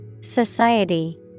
Society